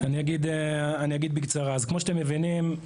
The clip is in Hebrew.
אז כמו שאתם מבינים,